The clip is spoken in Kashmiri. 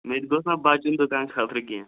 مےٚ تہِ گوٚژھ نہ بَچُن دُکان خٲطرٕ کینٛہہ